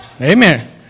Amen